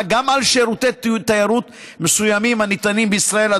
גם על שירותי תיירות מסוימים הניתנים בישראל,